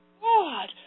God